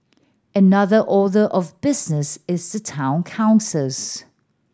another order of business is the town councils